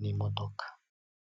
n'imodoka.